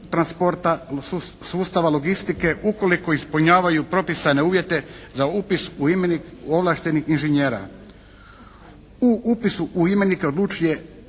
transporta sustava logistike ukoliko ispunjavaju propisane uvjete za upis u imenik ovlaštenih inženjera. U upisu u imenike odlučuje